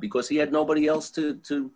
because he had nobody else to to